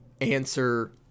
answer